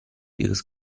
ihres